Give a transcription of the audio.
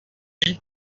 qui